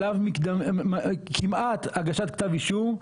שלב כמעט הגשת כתב אישום,